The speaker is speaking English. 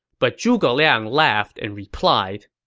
but zhuge liang laughed and replied,